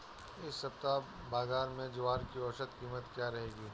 इस सप्ताह बाज़ार में ज्वार की औसतन कीमत क्या रहेगी?